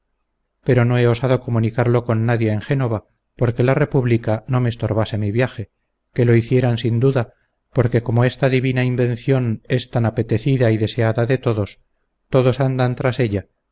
pero no he osado comunicarlo con nadie en génova porque la república no me estorbase mi viaje que lo hicieran sin duda porque como esta divina invención es tan apetecida y deseada de todos todos andan tras de ella